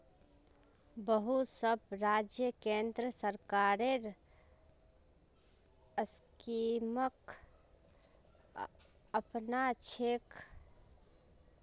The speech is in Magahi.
बहुत सब राज्य केंद्र सरकारेर स्कीमक अपनाछेक